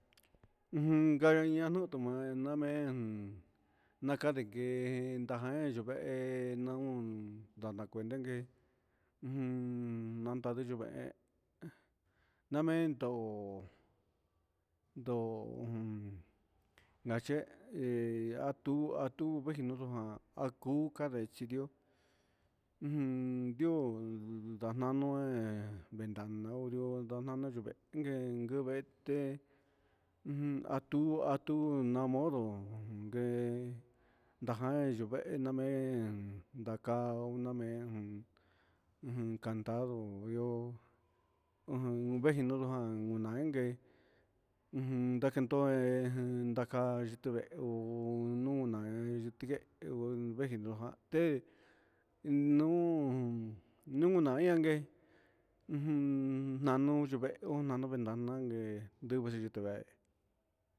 Ujun nganiña tuma'a anmen jun nakanken najan nduvee non ndanakue yengue ujun nandane yuume'e nmendo ndó, un nache'e aku natu atu chendo vengan aku kande xhidió ujun ndio ndana venda nrio nanandio yuvee ingue nguvete atu atu namodo ngue jan yuvee nanmen ndakao namen jun ujun tando ihó, ujun veino jan jainke ujun ndakentoé ejen ka chitón vee hó nuna'a he yitingue'e vengino jan ndee nuu nunan yengue ummm nanu yuvee onandojan nguee ndueve yuku vee.